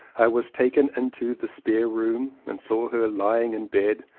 i was taken into the spare room and saw her lying in bed,